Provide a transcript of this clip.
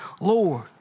Lord